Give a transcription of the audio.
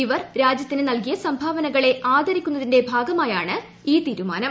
ഇവർ രാജ്യത്തിന് നൽകിയ സംഭാവനകളെ ആദരിക്കുന്നതിന്റെ ഭാഗമായാണ് ഈ തീരുമാനം